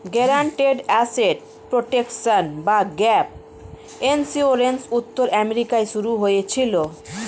guaranteed asset protection বা gap insurance উত্তর আমেরিকায় শুরু হয়েছিল